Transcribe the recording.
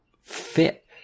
fit